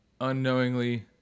unknowingly